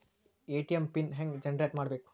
ATM pin ಹೆಂಗ್ generate ಮಾಡಬೇಕು?